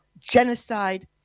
genocide